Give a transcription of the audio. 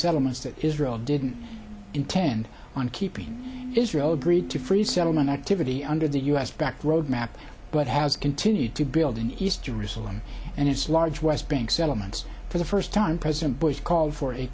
settlements that israel didn't intend on keeping israel agreed to freeze settlement activity under the u s backed road map but has continued to build in east jerusalem and it's large west bank settlements for the first time president bush called for a